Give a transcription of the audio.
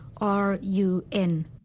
R-U-N